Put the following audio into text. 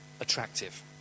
attractive